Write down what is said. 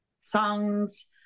songs